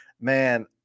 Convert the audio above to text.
Man